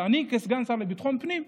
ואני כסגן שר לביטחון פנים,